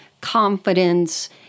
confidence